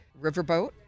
riverboat